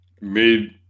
made